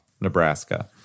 Nebraska